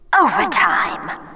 Overtime